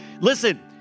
listen